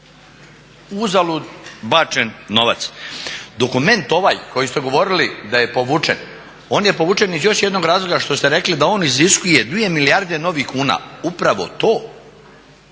uzalud bačen novac. Dokument ovaj koji ste govorili da je povučen, on je povučen iz još jednog razloga što ste rekli da on iziskuje dvije milijarde novih kuna. upravo to,